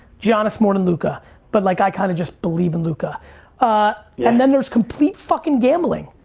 giannis more than luka but like i kind of just believe in luka and then there's complete fucking gambling.